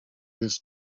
this